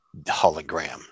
hologram